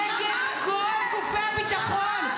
את רעת לב ----- נגד כל גופי הביטחון.